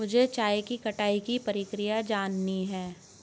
मुझे चाय की कटाई की प्रक्रिया जाननी है